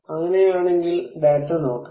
അങ്ങനെയാണെങ്കിൽ ഡാറ്റ നോക്കാം